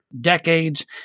decades